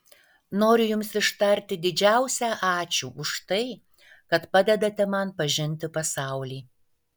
noriu jums ištarti didžiausią ačiū už tai kad padedate man pažinti pasaulį